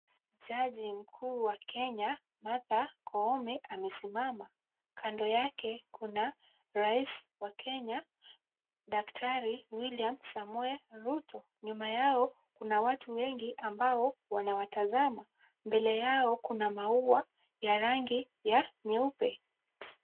Jaji mkuu wa Kenya Martha Koome amesimama. Kando yake kuna rais wa Kenya Daktari William Samoei Ruto. Nyuma yao kuna watu wengi ambao wanawatazama. Mbele yao kuna maua ya rangi ya nyeupe.